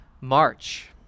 March